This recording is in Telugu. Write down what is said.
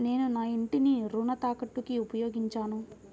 నేను నా ఇంటిని రుణ తాకట్టుకి ఉపయోగించాను